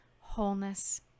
wholeness